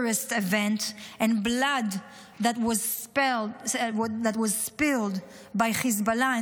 event and blood that was spilled by Hezbollah,